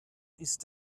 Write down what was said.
ist